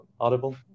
Audible